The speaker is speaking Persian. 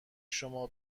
شما